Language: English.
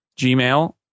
Gmail